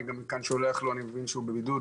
אני מבין שהוא בבידוד,